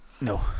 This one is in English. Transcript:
no